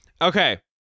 Okay